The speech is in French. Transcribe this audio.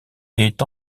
est